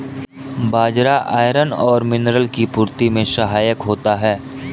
बाजरा iron और mineral की पूर्ति में सहायक होता है